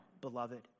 beloved